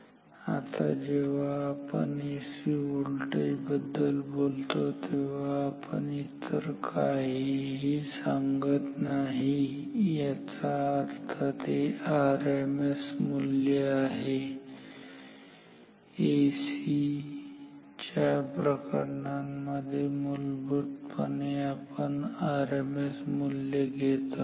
आता जेव्हा आपण एसी व्होल्टेज बद्दल बोलतो तेव्हा आपण इतर काहीही सांगत नाही याचा अर्थ ते आरएमएस मूल्य आहे एसी च्या प्रकरणांमध्ये मूलभूत पणे आपण आरएमएस मूल्य घेत असतो